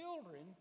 children